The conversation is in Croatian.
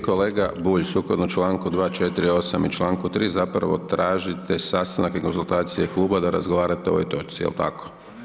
Dakle, kolega Bulj, sukladno članku 248. i članku 3. zapravo tražite sastanak i konzultacije kluba da razgovarate o ovoj točci, jel tako?